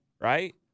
right